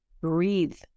breathe